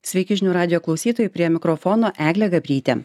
sveiki žinių radijo klausytojai prie mikrofono eglė gabrytė